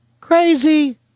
crazy